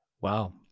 wow